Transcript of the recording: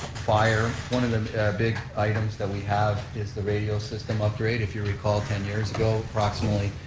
fire, one of the big items that we have is the radio system upgrade. if you recall, ten years ago approximately,